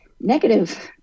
negative